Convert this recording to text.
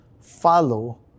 follow